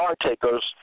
partakers